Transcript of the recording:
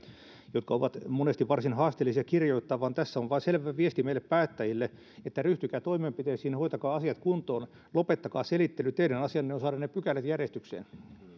jotka ovat monesti varsin haasteellisia kirjoittaa vaan tässä on vain selvä viesti meille päättäjille että ryhtykää toimenpiteisiin hoitakaa asiat kuntoon lopettakaa selittely teidän asianne on saada ne pykälät järjestykseen